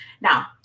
Now